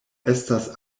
estas